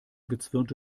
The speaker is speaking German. gezwirnte